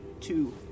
Two